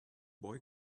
boy